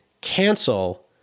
cancel